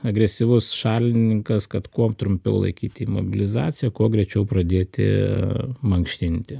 agresyvus šalininkas kad kuo trumpiau laikyti imobilizaciją kuo greičiau pradėti mankštinti